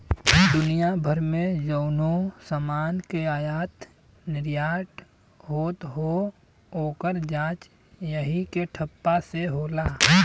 दुनिया भर मे जउनो समान के आयात निर्याट होत हौ, ओकर जांच यही के ठप्पा से होला